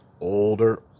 older